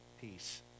peace